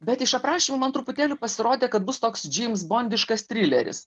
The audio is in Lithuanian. bet iš aprašymo man truputėlį pasirodė kad bus toks džeimsbondiškas trileris